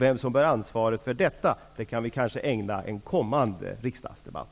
Vem som bär ansvaret för detta kan vi kanske ägna oss åt att diskutera i en kommande riksdagsdebatt.